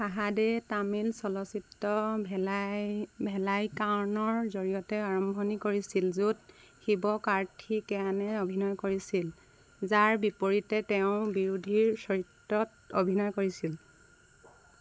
ফাহাদে তামিল চলচিত্ৰ ভেলাই ভেলাইকাৰণৰ জৰিয়তে আৰম্ভণি কৰিছিল য'ত শিৱকাৰ্থিকেয়ানে অভিনয় কৰিছিল যাৰ বিপৰীতে তেওঁ বিৰোধীৰ চৰিত্ৰত অভিনয় কৰিছিল